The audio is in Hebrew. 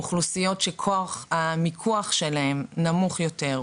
אוכלוסיות שכוח המיקוח שלהן נמוך יותר,